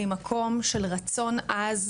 ממקום של רצון עז,